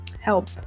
help